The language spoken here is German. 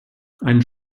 ein